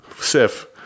Sif